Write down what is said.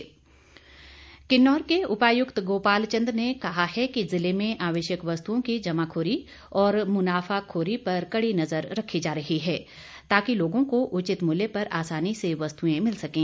जमाखोरी किन्नौर के उपायुक्त गोपाल चंद ने कहा है कि जिले में आवश्यक वस्तुओं की जमाखोरी और मुनाफाखोरी पर कड़ी नजर रखी जा रही है ताकि लोगों को उचित मूल्य पर आसानी से वस्तुएं मिल सकें